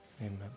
Amen